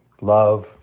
love